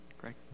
Greg